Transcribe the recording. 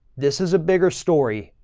this is a bigger story.